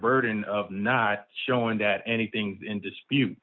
burden of not showing that anything in dispute